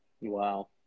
wow